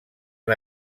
han